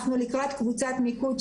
אנחנו לקראת קבוצת מיקוד,